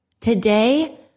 Today